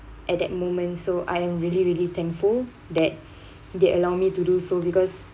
at that moment so I am really really thankful that they allow me to do so because